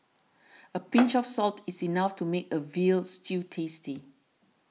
a pinch of salt is enough to make a Veal Stew tasty